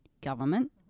government